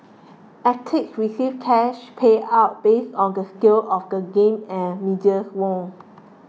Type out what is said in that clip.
athletes receive cash payouts based on the scale of the games and medals won